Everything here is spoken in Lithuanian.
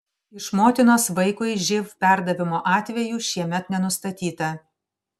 iš motinos vaikui živ perdavimo atvejų šiemet nenustatyta